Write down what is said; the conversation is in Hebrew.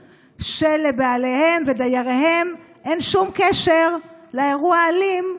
שלבעליהם ולדייריהם אין שום קשר לאירוע האלים,